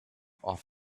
off